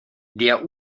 der